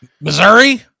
Missouri